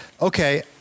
okay